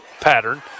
pattern